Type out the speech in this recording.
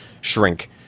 shrink